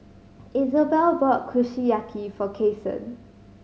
Isobel bought Kushiyaki for Kason